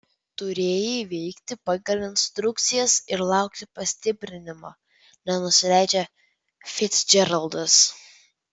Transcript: turėjai veikti pagal instrukcijas ir laukti pastiprinimo nenusileidžia ficdžeraldas